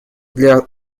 для